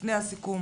לפני הסיכום